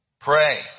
Pray